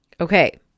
Okay